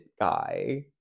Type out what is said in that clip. guy